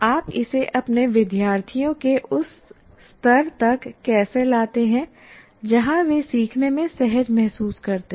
आप इसे अपने विद्यार्थियों के उस स्तर तक कैसे लाते हैं जहां वे सीखने में सहज महसूस करते हैं